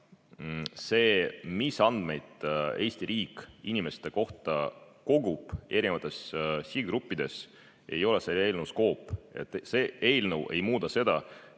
see, mis andmeid Eesti riik inimeste kohta erinevates sihtgruppides kogub, ei ole selle eelnõu skoop. See eelnõu ei muuda seda,